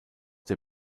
der